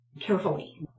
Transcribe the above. carefully